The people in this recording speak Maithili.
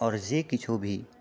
आओर जे किछु भी